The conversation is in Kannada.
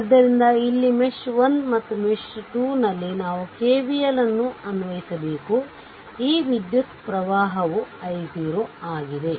ಆದ್ದರಿಂದ ಇಲ್ಲಿ ಮೆಶ್ 1 ಮತ್ತು ಮೆಶ್ 2 ನಲ್ಲಿ ನಾವು KVL ಅನ್ನು ಅನ್ವಯಿಸಬೇಕು ಈ ವಿದ್ಯುತ್ ಪ್ರವಾಹವು i0 ಆಗಿದೆ